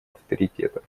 авторитета